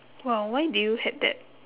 !wow! why did you had that